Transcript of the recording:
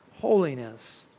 Holiness